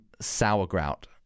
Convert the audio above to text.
sauerkraut